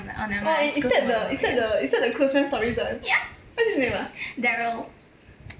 oh i~ is that the is that the is that the close friends story one what's his name ah